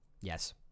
Yes